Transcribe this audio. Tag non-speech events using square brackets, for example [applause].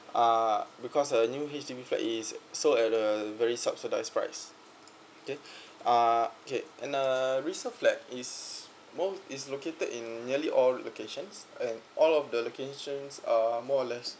uh because a new H_D_B flat is sold at uh very subsidized price okay [breath] uh okay and uh resale flat is most is located in nearly all locations and all of the locations are more or less